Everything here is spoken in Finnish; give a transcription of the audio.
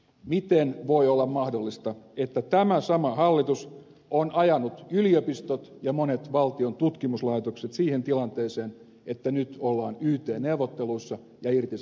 miten voi olla mahdollista että tämä sama hallitus on ajanut yliopistot ja monet valtion tutkimuslaitokset siihen tilanteeseen että nyt ollaan yt neuvotteluissa ja irtisanomissa